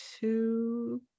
two